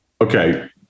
Okay